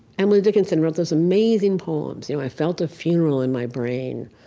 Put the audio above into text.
emily dinkinson wrote those amazing poems. you know i felt a funeral in my brain,